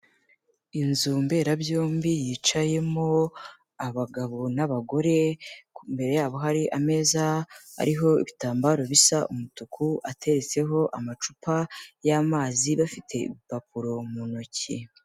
Inzu mberabyombi yicayemo abagabo n'abagore, imbere yabo hari ameza ariho ibitambaro bisa umutuku ateretseho amacupa y'amazi, bafite urupapuro mu ntoki.